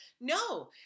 No